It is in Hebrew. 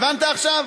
הבנת עכשיו?